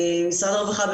משרד הרווחה,